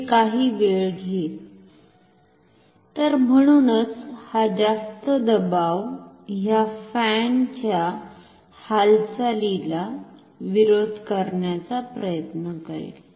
तर म्हणूनच हा जास्त दबाव ह्या फॅन च्या हालचालीला विरोध करण्याचा प्रयत्न करेल